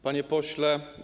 Panie Pośle!